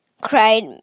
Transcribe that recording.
cried